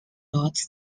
wrote